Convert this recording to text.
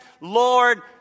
Lord